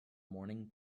morning